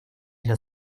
для